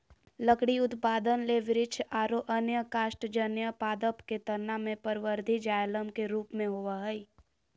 लकड़ी उत्पादन ले वृक्ष आरो अन्य काष्टजन्य पादप के तना मे परवर्धी जायलम के रुप मे होवअ हई